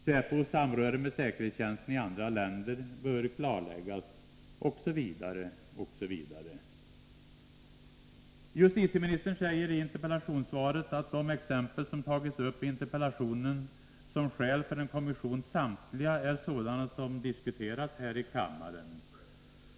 Säpos samröre med säkerhetstjänsten i andra länder bör klarläggas osv. Justitieministern säger i interpellationssvaret att de exempel som i interpellationen anförts som skäl för att tillsätta en kommission samtliga är sådana som diskuterats här i kammaren.